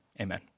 amen